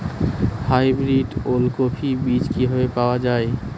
Hybrid ওলকফি বীজ কি পাওয়া য়ায়?